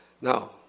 Now